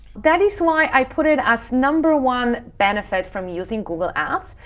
that is why i put it as number one benefit from using google ads,